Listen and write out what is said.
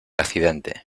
accidente